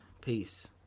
peace